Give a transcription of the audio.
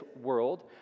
world